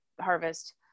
harvest